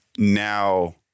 Now